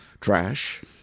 Trash